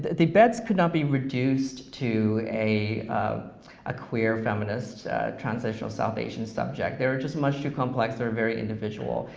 the beds could not be reduced to a ah queer feminist transnational south asian subject. they were just much too complex, they were very individual.